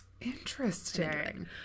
interesting